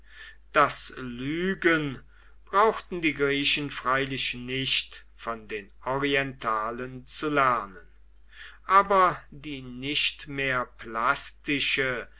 das lügen brauchten die griechen freilich nicht von den orientalen zu lernen aber die nicht mehr